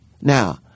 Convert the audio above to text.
Now